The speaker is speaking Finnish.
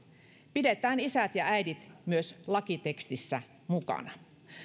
pidetään isät ja äidit myös lakitekstissä mukana